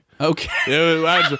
Okay